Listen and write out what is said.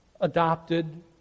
adopted